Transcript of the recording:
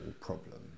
problem